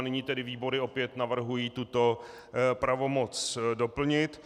Nyní tedy výbory opět navrhují tuto pravomoc doplnit.